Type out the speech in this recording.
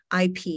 IP